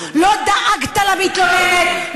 לא דאגת למתלוננת,